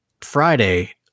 Friday